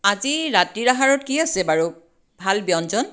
আজিৰ ৰাতিৰ আহাৰত কি আছে বাৰু ভাল ব্যঞ্জন